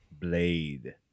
blade